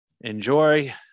enjoy